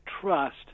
trust